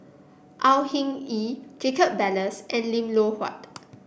Au Hing Yee Jacob Ballas and Lim Loh Huat